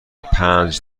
پنج